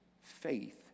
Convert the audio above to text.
faith